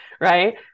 right